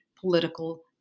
political